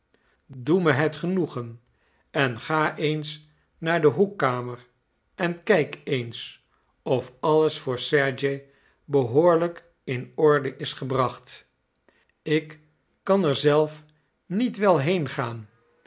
doe me het genoegen en ga eens naar de hoekkamer en kijk eens of alles voor sergej behoorlijk in orde is gebracht ik kan er zelf niet wel